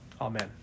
Amen